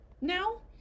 now